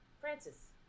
Francis